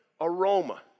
aroma